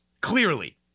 Clearly